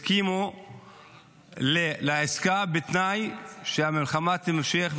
הסכים לעסקה בתנאי שהמלחמה תימשך,